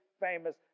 famous